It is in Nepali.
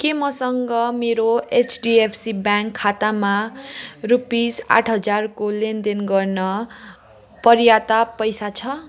के मसँग मेरो एचडिएफसी ब्याङ्क खातामा रुपिस आठ हजारको लेनदेन गर्न पर्याप्त पैसा छ